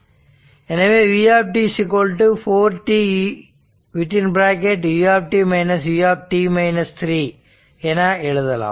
எனவே v 4t u u என எழுதலாம்